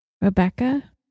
Rebecca